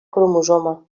cromosoma